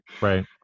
right